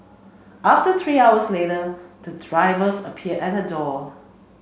after three hours later the drivers appeared at her door